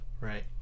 Right